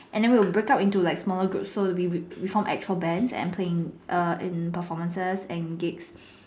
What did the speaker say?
and then we will break out into like smaller groups so we we form actual bands and playing in performances and gigs